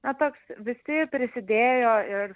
na toks visi prisidėjo ir